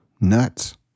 nuts